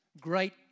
Great